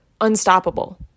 unstoppable